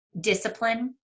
discipline